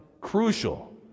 crucial